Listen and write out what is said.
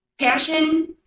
Passion